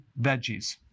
veggies